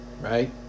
right